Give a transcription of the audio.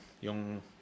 yung